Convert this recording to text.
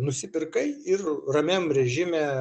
nusipirkai ir ramiam režime